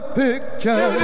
picture